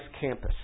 campus